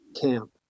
camp